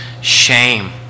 shame